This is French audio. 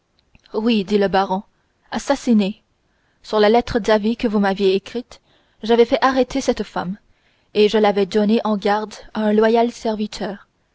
oui dit le baron assassiné sur la lettre d'avis que vous m'aviez écrite j'avais fait arrêter cette femme et je l'avais donnée en garde à un loyal serviteur